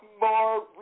more